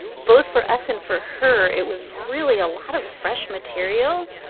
both for us and for her, it was really a lot of fresh material.